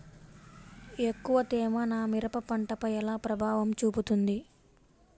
ఎక్కువ తేమ నా మిరప పంటపై ఎలా ప్రభావం చూపుతుంది?